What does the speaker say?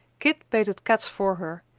kit baited kat's for her,